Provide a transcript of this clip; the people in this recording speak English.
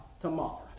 tomorrow